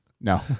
No